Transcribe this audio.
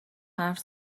حرف